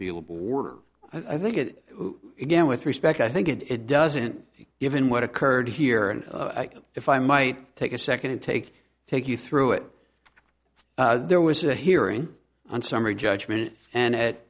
appeal board i think it again with respect i think it it doesn't given what occurred here and if i might take a second and take take you through it there was a hearing on summary judgment and